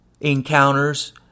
encounters